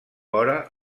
vora